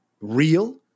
real